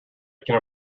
can